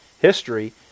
history